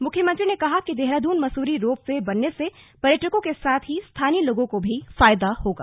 मुख्यमंत्री ने कहा कि देहरादून मसूरी रोपवे बनने से पर्यटकों के साथ ही स्थानीय लोगों को भी फायदा होगा